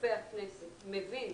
רופא הכנסת מבין